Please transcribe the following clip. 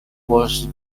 was